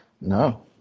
No